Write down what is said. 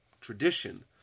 tradition